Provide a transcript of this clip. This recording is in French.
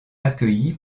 accueilli